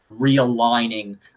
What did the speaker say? realigning